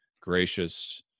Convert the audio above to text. gracious